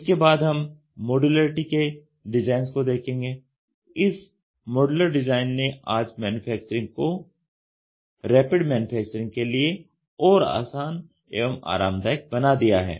उसके बाद हम मॉड्यूलरिटी के डिजाइन्स को देखेंगे इस मॉड्यूलर डिजाइन ने आज मैन्युफैक्चरिंग को रैपिड मैन्युफैक्चरिंग के लिए ओर आसान एवं आरामदायक बना दिया है